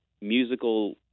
musical